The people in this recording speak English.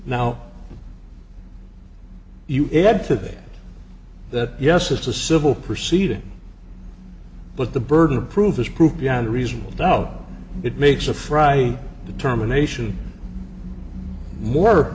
now you had to say that yes it's a civil proceeding but the burden of proof is proof beyond reasonable doubt it makes a friday determination more